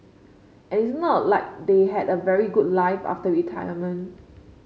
and it's not like they had a very good life after retirement